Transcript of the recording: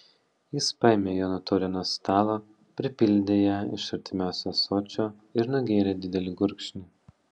jis paėmė jono taurę nuo stalo pripildė ją iš artimiausio ąsočio ir nugėrė didelį gurkšnį